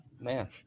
man